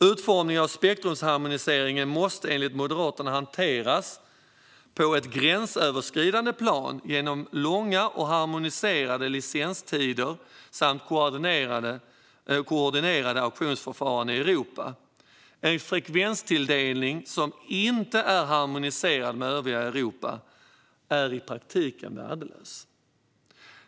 Utformningen av spektrumharmoniseringen måste enligt Moderaterna hanteras på ett gränsöverskridande plan genom långa och harmoniserade licenstider samt koordinerade auktionsförfaranden i Europa. En frekvenstilldelning som inte är harmoniserad med övriga Europa är i praktiken värdelös.